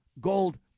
gold